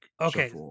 okay